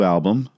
Album